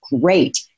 great